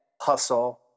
hustle